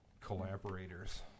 collaborators